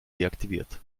deaktiviert